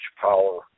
power